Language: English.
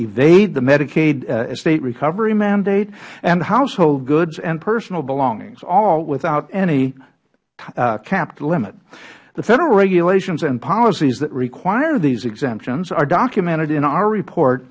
evade the medicaid estate recovery mandate and household goods and personal belongings all without any capped limits the federal regulations and policies that require these exemptions are documented in our report